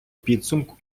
підсумку